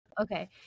Okay